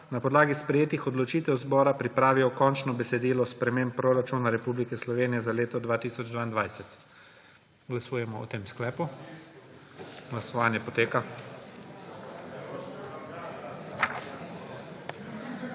na podlagi sprejetih odločitev zbora pripravijo končno besedilo sprememb proračuna Republike Slovenije za leto 2022. Glasujemo. Navzočih